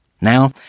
Now